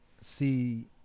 see